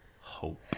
hope